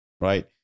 right